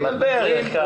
בערך.